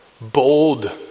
Bold